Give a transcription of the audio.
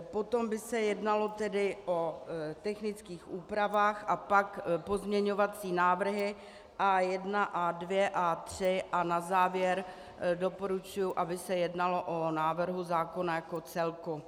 Potom by se jednalo o technických úpravách a pak pozměňovací návrhy A1, A2, A3 a na závěr doporučuji, aby se jednalo o návrhu zákona jako celku.